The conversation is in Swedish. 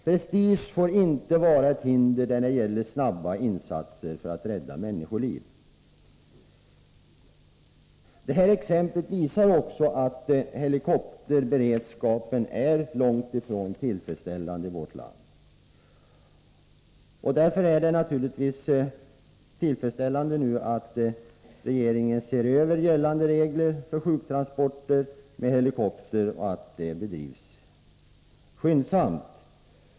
Prestige får inte vara ett hinder när det gäller snabba insatser för att rädda människoliv. Detta exempel visar också att helikopterberedskapen är långt ifrån tillfredsställande i vårt land. Därför är det naturligtvis bra att regeringen nu ser över gällande regler för sjuktransporter med helikopter och att det arbetet bedrivs skyndsamt.